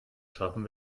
schaffen